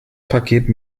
paket